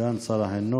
סגן שר החינוך,